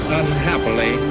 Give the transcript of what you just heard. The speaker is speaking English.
unhappily